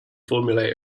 formulate